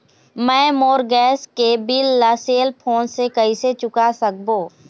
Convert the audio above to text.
मैं मोर गैस के बिल ला सेल फोन से कइसे चुका सकबो?